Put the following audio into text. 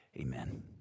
Amen